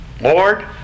Lord